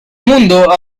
mundo